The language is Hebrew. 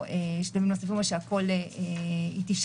או בשלבים נוספים או שעל הכול היא תישאל